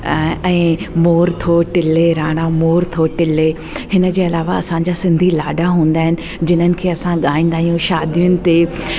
ऐं मोर थो टिले राणा मोर थो टिले हिन जे अलावा असांजा सिंधी लाॾा हूंदा आहिनि जिन्हनि खे असां ॻाईंदा आहियूं शादीयुनि ते